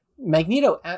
Magneto